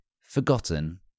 forgotten